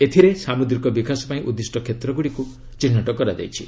ଏଥିରେ ସାମୁଦ୍ରିକ ବିକାଶ ପାଇଁ ଉଦ୍ଦିଷ୍ଟ କ୍ଷେତ୍ରଗୁଡ଼ିକୁ ଚିହ୍ନଟ କରାଯାଇଛି